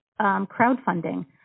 crowdfunding